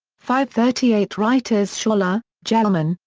fivethirtyeight writers schaller, gelman,